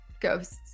ghosts